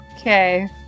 Okay